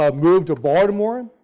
um moved to baltimore,